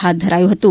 હાથ ધરાયું હતું